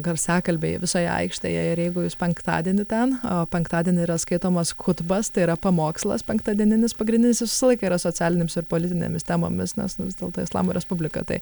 garsiakalbiai visoje aikštėje ir jeigu jūs penktadienį ten o penktadienį yra skaitomas kutbas tai yra pamokslas penktadieninis pagrindinis jis visą laiką yra socialinėms ir politinėmis temomis nes nu vis dėlto islamo respublika tai